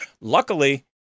luckily